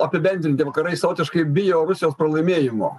apibendrinti vakarai savotiškai bijo rusijos pralaimėjimo